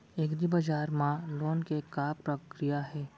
एग्रीबजार मा लोन के का प्रक्रिया हे?